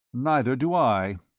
neither do i.